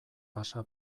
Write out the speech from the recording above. pasa